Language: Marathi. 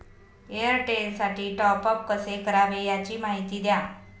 एअरटेलसाठी टॉपअप कसे करावे? याची माहिती द्या